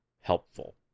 helpful